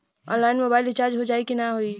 Online mobile recharge हो जाई की ना हो?